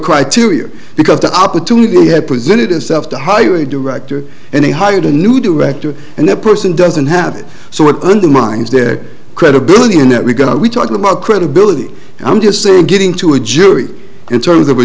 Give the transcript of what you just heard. criteria because the opportunity had presented itself to hire a director and hired a new director and that person doesn't have it so it undermines their credibility in that regard we talking about credibility and i'm just saying getting to a jury in terms of a